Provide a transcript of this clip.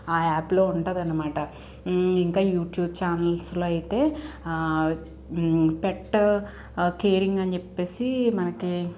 ఆ యాప్లో ఉంటాదనమాట ఇంకా యూట్యూబ్ ఛానెల్స్లో అయితే పెట్ కేరింగ్ అని చెప్పేసి మనకి